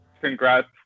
congrats